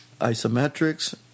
isometrics